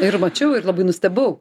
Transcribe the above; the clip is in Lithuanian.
ir mačiau ir labai nustebau